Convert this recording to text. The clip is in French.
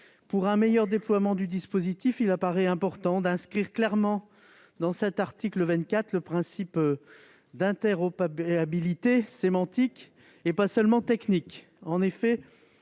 Pour un meilleur déploiement du dispositif, il apparaît important d'inscrire clairement à l'article 24 le principe d'interopérabilité sémantique, et non pas seulement technique.